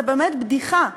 זה באמת בדיחה.